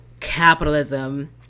Capitalism